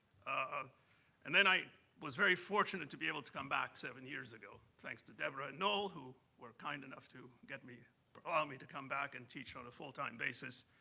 um and then i was very fortunate to be able to come back seven years ago, thanks to deborah and noel who were kind enough to allow me but ah me to come back and teach on a full-time basis,